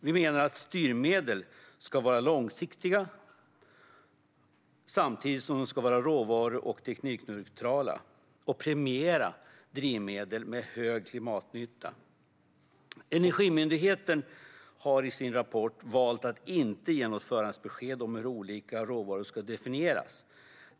Vi menar att styrmedel ska vara långsiktiga samtidigt som de ska vara råvaru och teknikneutrala och premiera drivmedel med hög klimatnytta. Energimyndigheten har i sin rapport valt att inte ge något förhandsbesked om hur olika råvaror ska definieras.